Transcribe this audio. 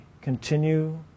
continue